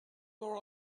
were